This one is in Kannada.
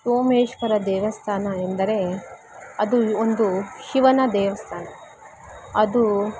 ಸೋಮೇಶ್ವರ ದೇವಸ್ಥಾನ ಎಂದರೆ ಅದು ಒಂದು ಶಿವನ ದೇವಸ್ಥಾನ ಅದು